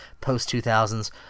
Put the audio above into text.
post-2000s